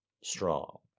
strong